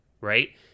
right